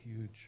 huge